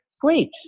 great